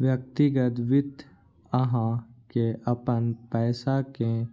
व्यक्तिगत वित्त अहां के अपन पैसा कें